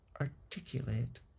articulate